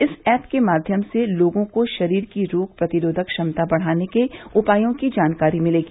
इस ऐप के माध्यम से लोगों को शरीर की रोग प्रतिरोधक क्षमता बढ़ाने के उपायों की जानकारी मिलेगी